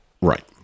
Right